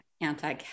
anti